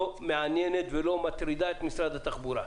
מעניינת ולא מטרידה את משרד התחבורה.